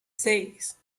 seis